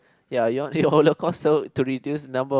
ya you want to reduce the number of